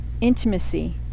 intimacy